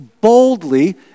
boldly